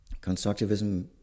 constructivism